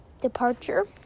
departure